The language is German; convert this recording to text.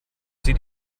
sie